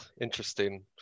interesting